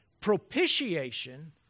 Propitiation